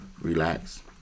relax